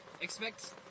expect